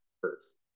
first